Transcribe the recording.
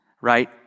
right